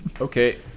Okay